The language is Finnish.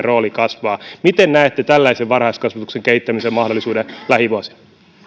rooli kasvaa miten näette tällaisen varhaiskasvatuksen kehittämisen mahdollisuuden lähivuosina